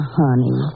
honey